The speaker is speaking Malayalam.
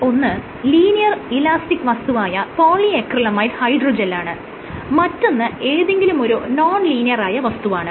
ഇതിൽ ഒന്ന് ലീനിയർ ഇലാസ്റ്റിക് വസ്തുവായ പോളിഅക്രിലമൈഡ് ഹൈഡ്രോജെല്ലാണ് മറ്റൊന്ന് ഏതെങ്കിലും ഒരു നോൺ ലീനിയറായ വസ്തുവാണ്